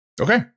Okay